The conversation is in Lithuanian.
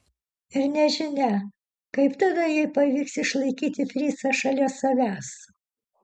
ir nežinia kaip tada jai pavyks išlaikyti fricą šalia savęs